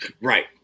Right